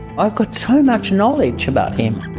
i've got so much knowledge about him.